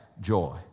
joy